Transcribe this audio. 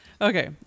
Okay